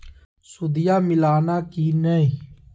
सुदिया मिलाना की नय?